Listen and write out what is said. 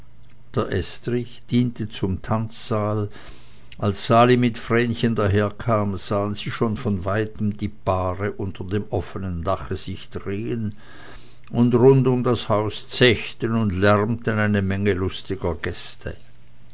der estrich diente zum tanzsaal als sali mit vrenchen daherkam sahen sie schon von weitem die paare unter dem offenen dache sich drehen und rund um das haus zechten und lärmten eine menge lustiger gäste